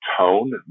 tone